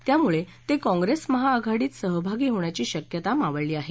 त्यामुळे ते कॉप्रेस महाआघाडीत सहभागी होण्याची शक्यता मावळली आहे